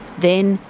then,